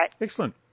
Excellent